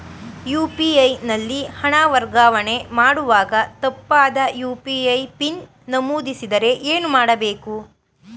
UPI ನಲ್ಲಿ ಹಣ ವರ್ಗಾವಣೆ ಮಾಡುವಾಗ ತಪ್ಪಾದ ಯು.ಪಿ.ಐ ಪಿನ್ ನಮೂದಿಸಿದರೆ ಏನು ಮಾಡಬೇಕು?